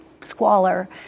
squalor